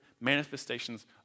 manifestations